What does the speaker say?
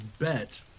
bet